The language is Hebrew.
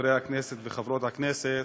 חברי הכנסת, חברות הכנסת,